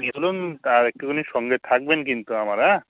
নিয়ে চলুন আর একটুখানি সঙ্গে থাকবেন কিন্তু আমার হ্যাঁ